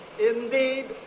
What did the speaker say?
indeed